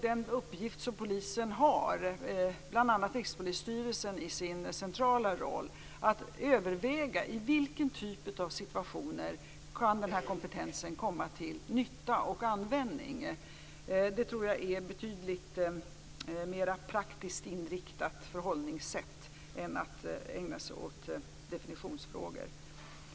Den uppgift som polisen, bl.a. Rikspolisstyrelsen, har vad gäller dess centrala roll tror jag är just att överväga i vilken typ av situationer som den här kompetensen kan komma till nytta och användning. Det tror jag är ett betydligt mera praktiskt inriktat förhållningssätt än det är att ägna sig åt definitionsfrågor.